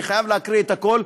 אני חייב להקריא את הכול.